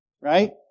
Right